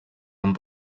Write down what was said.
amb